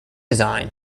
design